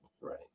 Right